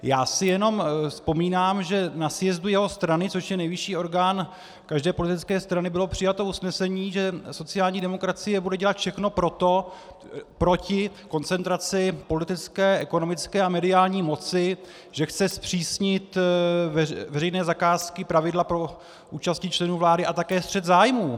Já si jenom vzpomínám, že na sjezdu jeho strany, což je nejvyšší orgán každé politické strany, bylo přijato usnesení, že sociální demokracie bude dělat všechno proti koncentraci politické, ekonomické a mediální moci, že chce zpřísnit veřejné zakázky, pravidla pro účasti členů vlády a také střet zájmů.